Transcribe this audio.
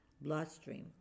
bloodstream